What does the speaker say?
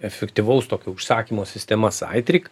efektyvaus tokių užsakymų sistemos aitrik